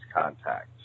contacts